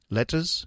Letters